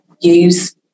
use